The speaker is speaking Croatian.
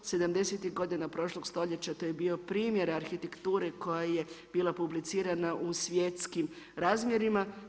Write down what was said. Sedamdesetih godina prošlog stoljeća to je bio primjer arhitekture koja je bila publicirana u svjetskim razmjerima.